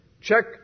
Check